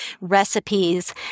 recipes